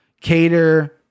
Cater